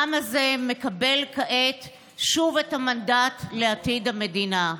העם הזה מקבל כעת שוב את המנדט לעתיד המדינה.